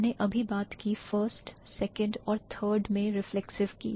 मैंने अभी बात की first second और third में reflexive की